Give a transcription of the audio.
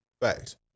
Facts